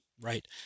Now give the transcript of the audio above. right